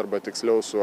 arba tiksliau su